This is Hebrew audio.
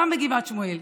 גם בגבעת שמואל,